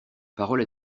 parole